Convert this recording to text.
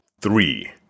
three